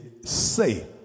say